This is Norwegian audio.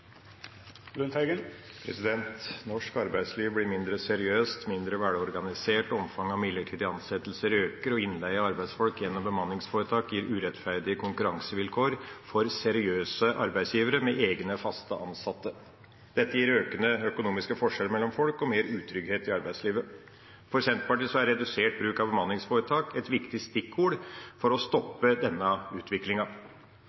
Norsk arbeidsliv blir mindre seriøst, mindre velorganisert. Omfanget av midlertidige ansettelser øker, og innleie av arbeidsfolk gjennom bemanningsforetak gir urettferdige konkurransevilkår for seriøse arbeidsgivere med egne fast ansatte. Dette gir økende økonomiske forskjeller mellom folk og mer utrygghet i arbeidslivet. For Senterpartiet er redusert bruk av bemanningsforetak et viktig stikkord for å